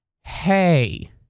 hey